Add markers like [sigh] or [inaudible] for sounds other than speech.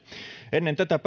ennen tätä [unintelligible]